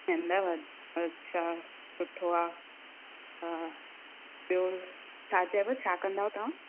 अहमदाबाद अच्छा सुठो आहे हा ॿियो छा चयव छा कंदव तव्हां